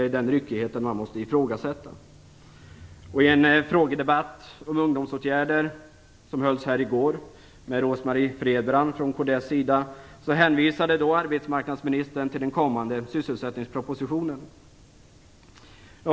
I den frågedebatt om ungdomsåtgärder som hölls här i går med Rose-Marie Frebran från kds sida, hänvisade arbetsmarknadsministern till den kommande sysselsättningspropositionen.